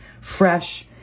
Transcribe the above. fresh